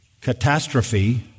catastrophe